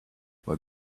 were